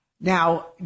Now